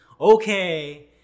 Okay